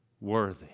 worthy